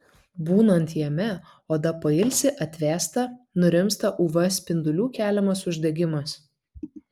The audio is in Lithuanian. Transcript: būnant jame oda pailsi atvėsta nurimsta uv spindulių keliamas uždegimas